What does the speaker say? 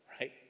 right